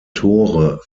tore